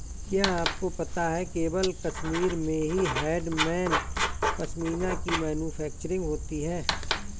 क्या आपको पता है केवल कश्मीर में ही हैंडमेड पश्मीना की मैन्युफैक्चरिंग होती है